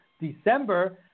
December